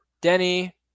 Denny